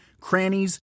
crannies